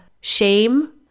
shame